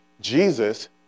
Jesus